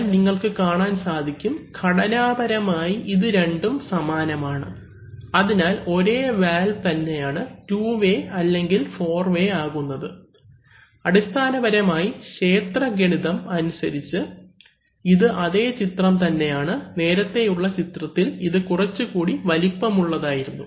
അതിനാൽ നിങ്ങൾക്ക് കാണാൻ സാധിക്കും ഘടനാപരമായി ഇത് രണ്ടും സമാനമാണ് അതിനാൽ ഒരേ വാൽവ് തന്നെയാണ് ടുവേ അല്ലെങ്കിൽ ഫോർവേ ആകുന്നത് അടിസ്ഥാനപരമായി ക്ഷേത്രഗണിതം അനുസരിച്ച് ഇത് അതേ ചിത്രം തന്നെയാണ് നേരത്തേയുള്ള ചിത്രത്തിൽ ഇത് കുറച്ചുകൂടി വലിപ്പമുള്ളതായിരുന്നു